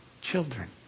children